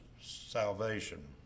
salvation